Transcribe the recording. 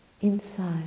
inside